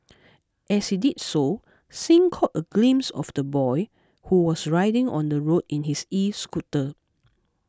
as he did so Singh caught a glimpse of the boy who was riding on the road in his escooter